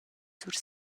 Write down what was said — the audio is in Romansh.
sur